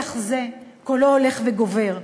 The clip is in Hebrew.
שיח זה, קולו הולך וגובר.